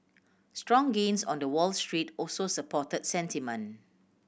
strong gains on the Wall Street also supported sentiment